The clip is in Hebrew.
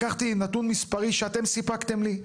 לקחתי נתון מספרי שאתם סיפקתם לי.